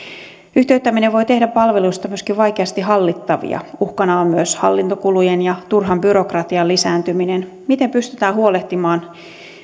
yhtiöittäminen voi tehdä palveluista myöskin vaikeasti hallittavia uhkana on myös hallintokulujen ja turhan byrokratian lisääntyminen miten pystytään huolehtimaan